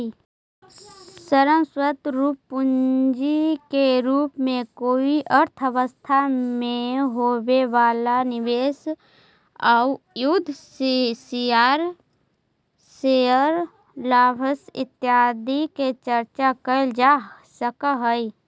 ऋण स्वरूप पूंजी के रूप में कोई अर्थव्यवस्था में होवे वाला निवेश आउ शुद्ध शेयर लाभांश इत्यादि के चर्चा कैल जा सकऽ हई